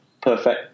perfect